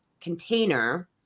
container-